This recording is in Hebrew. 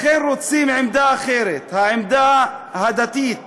לכן רוצים עמדה אחרת, העמדה הדתית.